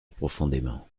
profondément